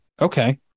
Okay